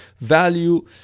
value